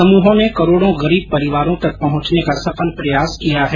समूहों ने करोड़ो गरीब परिवारों तक पहुंचने का सफल प्रयास किया है